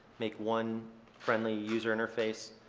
make one friendly user interface.